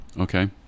Okay